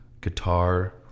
guitar